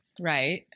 Right